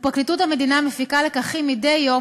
ופרקליטות המדינה מפיקה לקחים מדי יום,